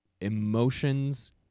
emotions